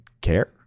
care